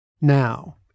Now